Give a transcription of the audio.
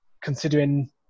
considering